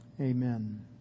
Amen